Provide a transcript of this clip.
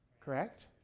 correct